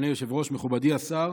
אדוני היושב-ראש, מכובדי השר,